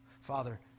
Father